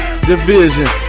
Division